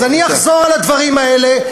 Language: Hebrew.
אז אני אחזור על הדברים האלה,